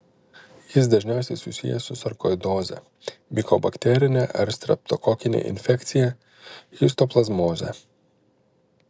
jis dažniausiai susijęs su sarkoidoze mikobakterine ar streptokokine infekcija histoplazmoze